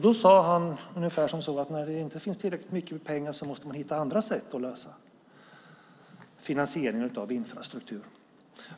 Då sade han ungefär att när det inte finns tillräckligt mycket pengar måste man hitta andra sätt att lösa finansieringen av infrastruktur.